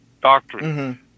Doctrine